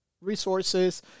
resources